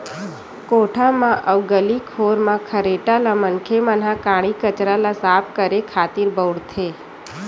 कोठा म अउ गली खोर म खरेटा ल मनखे मन ह काड़ी कचरा ल साफ करे खातिर बउरथे